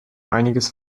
einiges